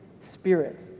spirit